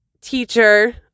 teacher